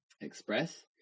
express